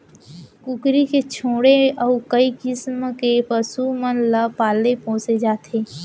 कुकरी के छोड़े अउ कई किसम के पसु मन ल पाले पोसे जाथे